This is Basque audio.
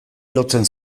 lotzen